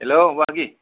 हेल' बाहागि